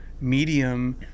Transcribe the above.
medium